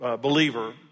believer